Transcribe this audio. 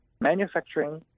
manufacturing